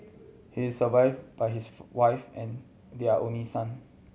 he is survived by his wife and their only son